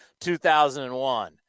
2001